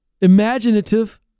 imaginative